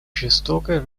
жестокой